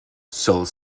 sole